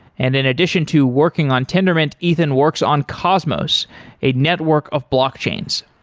and in addition to working on tendermint, ethan works on cosmos a network of block chains.